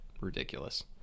ridiculous